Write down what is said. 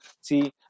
see